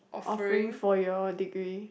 offering for your degree